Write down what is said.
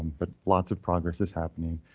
but lots of progress is happening.